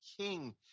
king